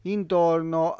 Intorno